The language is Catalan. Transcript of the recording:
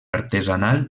artesanal